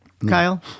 Kyle